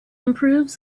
improves